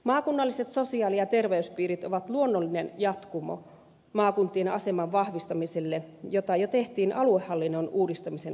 maakunnalliset sosiaali ja terveyspiirit ovat luonnollinen jatkumo maakuntien aseman vahvistamiselle jota jo tehtiin aluehallinnon uudistamisen osalta